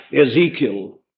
Ezekiel